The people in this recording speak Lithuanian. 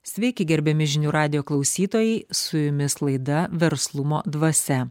sveiki gerbiami žinių radijo klausytojai su jumis laida verslumo dvasia